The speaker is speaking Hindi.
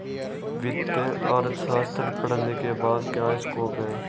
वित्तीय अर्थशास्त्र पढ़ने के बाद क्या स्कोप है?